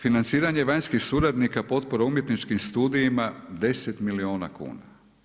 Financiranje vanjskih suradnika potpora umjetničkim studijima 10 milijuna kuna.